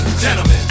Gentlemen